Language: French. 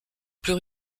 plus